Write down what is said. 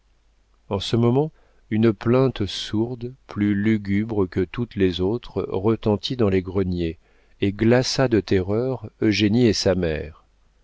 en ce moment une plainte sourde plus lugubre que toutes les autres retentit dans les greniers et glaça de terreur eugénie et sa mère